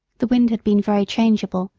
the wind had been very changeable,